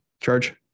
charge